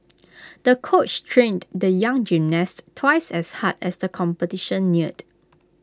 the coach trained the young gymnast twice as hard as the competition neared